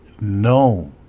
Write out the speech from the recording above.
no